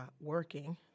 working